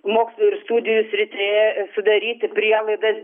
mokslo ir studijų srityje sudaryti prielaidas